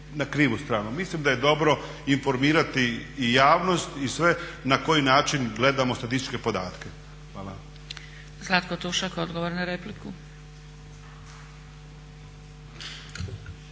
na krivu stranu. Mislim da je dobro informirati i javnost i sve na koji način gledamo statističke podatke. Hvala. **Zgrebec, Dragica (SDP)** Zlatko Tušak, odgovor na repliku.